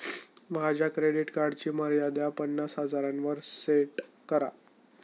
माझ्या क्रेडिट कार्डची मर्यादा पन्नास हजारांवर सेट करा